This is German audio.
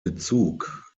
bezug